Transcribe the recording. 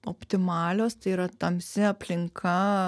optimalios tai yra tamsi aplinka